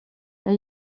jag